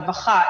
רווחה,